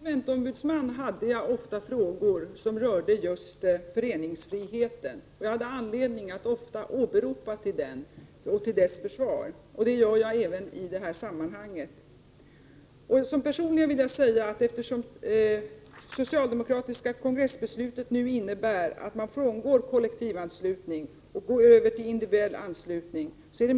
Herr talman! Även som konsumentombudsman fick jag ofta frågor som rörde just föreningsfriheten. Jag hade ofta anledning att åberopa den och att försvara den. Det gör jag även i detta sammanhang. Personligen vill jag säga att eftersom det socialdemokratiska kongressbeslutet nu innebär att man frångår kollektivanslutningen och går över till individuell anslutning, är det